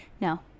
no